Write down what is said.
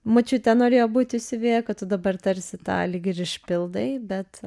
močiutė norėjo būti siuvėja kad tu dabar tarsi tą lyg ir išpildai bet